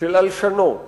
של הלשנות